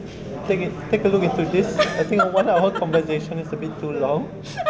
take it take a look into this I think one conversation is a bit too long